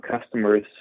customers